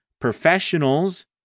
professionals